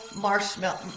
marshmallow